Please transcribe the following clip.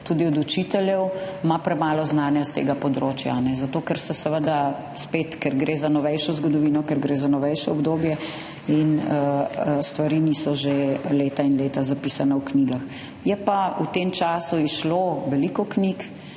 od učiteljev premalo znanja s tega področja, zato ker seveda, spet, gre za novejšo zgodovino, gre za novejše obdobje in stvari niso že leta in leta zapisane v knjigah. Je pa v tem času izšlo veliko knjig,